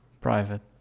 Private